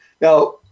Now